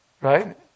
Right